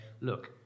look